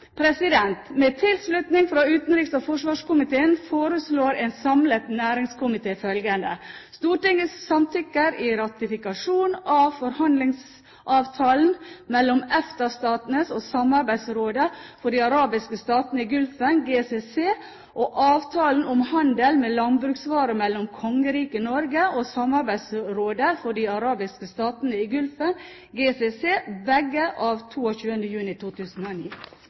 Med tilslutning fra utenriks- og forsvarskomiteen foreslår en samlet næringskomité følgende: «Stortinget samtykker i ratifikasjon av en frihandelsavtale mellom EFTA-statene og Samarbeidsrådet for de arabiske statene i Gulfen og en avtale om handel med landbruksvarer mellom Kongeriket Norge og Samarbeidsrådet for de arabiske statene i Gulfen , begge av 22. juni 2009.»